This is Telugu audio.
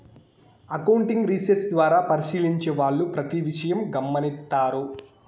అకౌంటింగ్ రీసెర్చ్ ద్వారా పరిశీలించే వాళ్ళు ప్రతి విషయం గమనిత్తారు